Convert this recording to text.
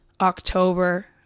October